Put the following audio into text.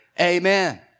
Amen